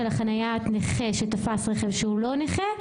של חניית נכה שתפס רכב שהוא לא נכה.